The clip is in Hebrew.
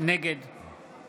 נגד